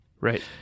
Right